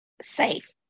safe